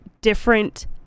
different